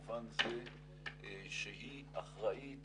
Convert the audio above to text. במובן זה שהיא אחראית